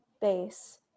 base